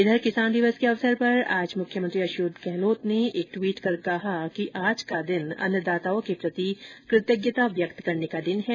इधर किसान दिवस के अवसर पर आज मुख्यमंत्री अशोक गहलोत ने एक ट्वीट कर कहा है कि आज का दिन अन्नदाताओं के प्रति कृतज्ञता व्यक्त करने का दिन है